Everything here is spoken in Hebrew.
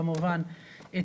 כמובן,